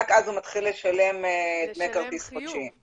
רק אז הוא מתחיטל לשלם דמי כרטיס חודשיים.